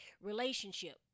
relationship